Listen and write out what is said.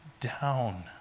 down